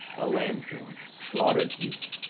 a lanthorn, slaught'red youth,